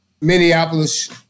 Minneapolis